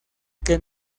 que